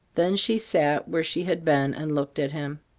then she sat where she had been, and looked at him.